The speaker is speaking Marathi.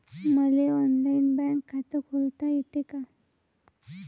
मले ऑनलाईन बँक खात खोलता येते का?